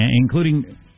Including